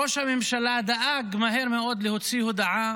ראש הממשלה דאג מהר מאוד להוציא הודעה